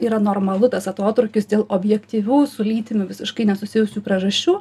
yra normalu tas atotrūkis dėl objektyvių su lytimi visiškai nesusijusių priežasčių